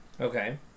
Okay